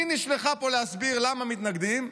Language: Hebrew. מי נשלחה לפה להסביר למה מתנגדים?